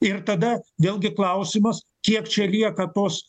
ir tada vėlgi klausimas kiek čia lieka tos